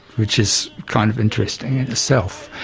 which is kind of interesting in itself.